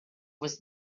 was